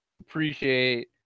appreciate